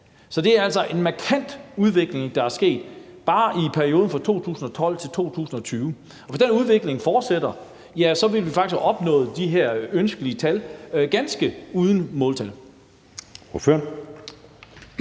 Så det er altså en markant udvikling, der er sket bare i perioden fra 2012 til 2020, og hvis den udvikling fortsætter, vil vi faktisk have opnået de her ønskelige tal ganske uden måltal.